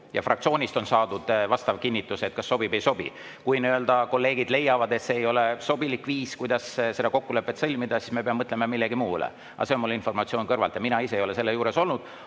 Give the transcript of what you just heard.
ja fraktsioonist on saadud vastav kinnitus, kas sobib või ei sobi. Kui kolleegid leiavad, et see ei ole sobilik viis, kuidas seda kokkulepet sõlmida, siis me peame mõtlema [mingi muu võimaluse peale]. See on mul informatsioon kõrvalt, mina ise ei ole selle juures olnud.